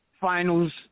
finals